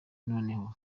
noneho